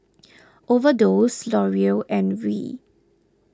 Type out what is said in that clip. Overdose L'Oreal and Viu